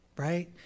right